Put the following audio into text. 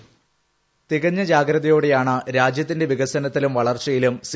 voice തികഞ്ഞ ജാഗ്രതയോടെയാണ് രാജ്യത്തിന്റെ വികസനത്തിലും വളർച്ചയിലും സി